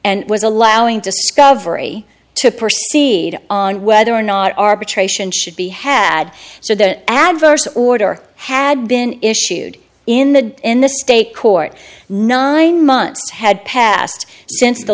and was allowing discovery to proceed on whether or not arbitration should be had so that adverse order had been issued in the in the state court nine months had passed since the